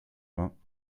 vingts